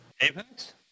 Apex